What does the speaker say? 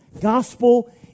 gospel